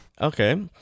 Okay